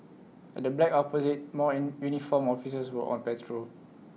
at the black opposite more an uniformed officers were on patrol